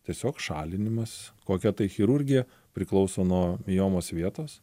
tiesiog šalinimas kokia tai chirurgija priklauso nuo miomos vietos